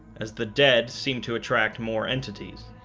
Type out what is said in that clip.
as the dead seemed to attract more entities